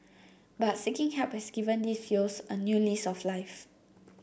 but seeking help has given these youths a new lease of life